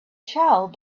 child